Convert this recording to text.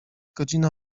godzina